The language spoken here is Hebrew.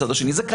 שני הראשונים,